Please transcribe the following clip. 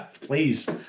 Please